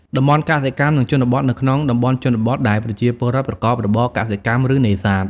តំបន់កសិកម្ម និងជនបទ នៅក្នុងតំបន់ជនបទ ដែលពលរដ្ឋប្រកបរបរកសិកម្ម ឬនេសាទ ។